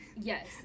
Yes